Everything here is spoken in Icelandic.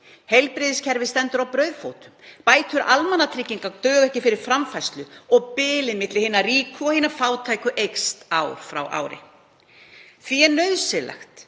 Heilbrigðiskerfið stendur á brauðfótum, bætur almannatrygginga duga ekki til framfærslu og bilið milli hinna ríku og hinna fátæku eykst ár frá ári. Því er nauðsynlegt